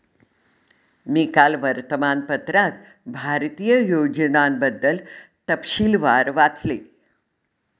मी काल वर्तमानपत्रात भारतीय योजनांबद्दल तपशीलवार वाचले